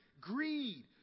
greed